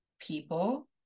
people